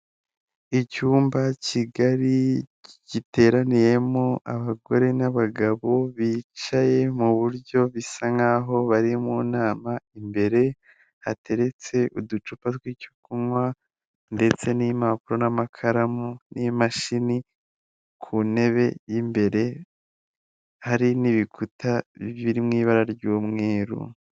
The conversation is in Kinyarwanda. Icyumba kigari giteraniyemo abagore n'abagabo bicaye mu buryo bisa nk'aho bari mu nama. Imbere hateretse uducupa tw'icyo kunywa ndetse n'impapuro, n'amakaramu, n'imashini ku ntebe y'imbere, hari n'ibikuta biri mw'ibara ry'umweru.